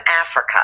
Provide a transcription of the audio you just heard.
Africa